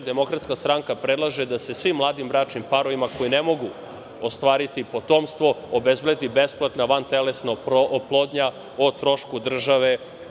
Demokratska stranka predlaže da se svim mladim bračnim parovima koji ne mogu ostvariti potomstvo obezbedi besplatna vantelesna oplodnja o trošku države.